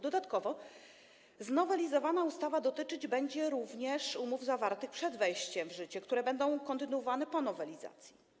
Dodatkowo znowelizowana ustawa dotyczyć będzie również umów zawartych przed jej wejściem w życie, które będą kontynuowane po nowelizacji.